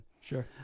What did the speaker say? sure